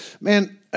Man